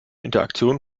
interaktion